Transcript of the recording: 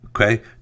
Okay